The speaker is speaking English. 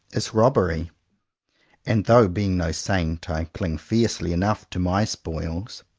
is robbery and though, being no saint, i cling fiercely enough to my spoils,